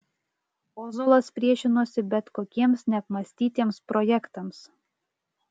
ozolas priešinosi bet kokiems neapmąstytiems projektams